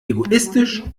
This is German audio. egoistisch